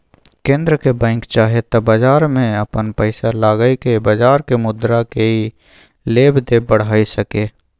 केंद्रक बैंक चाहे त बजार में अपन पैसा लगाई के बजारक मुद्रा केय लेब देब बढ़ाई सकेए